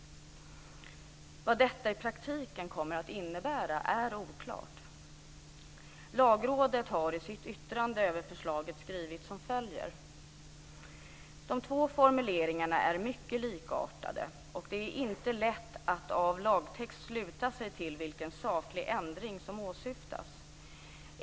Vad detta i praktiken kommer att innebära är oklart. Lagrådet skriver i sitt yttrande över förslaget: De två formuleringarna är mycket likartade, och det är inte lätt att av lagtexten sluta sig till vilken saklig ändring som åsyftas.